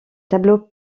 tableaux